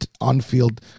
on-field